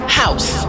house